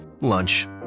Lunch